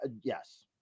yes